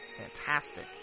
fantastic